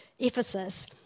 Ephesus